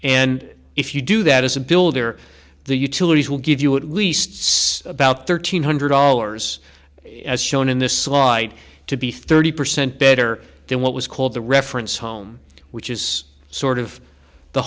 and if you do that as a builder the utilities will give you at least say about thirteen hundred dollars as shown in this slide to be thirty percent better than what was called the reference home which is sort of the